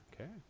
Okay